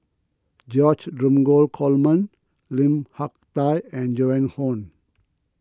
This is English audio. George Dromgold Coleman Lim Hak Tai and Joan Hon